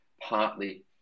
partly